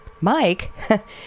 Mike